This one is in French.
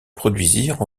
produisirent